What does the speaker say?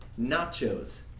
Nachos